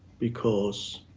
because